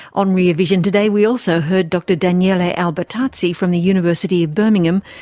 on rear vision today we also heard dr daniele albertazzi from the university of birmingham,